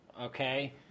Okay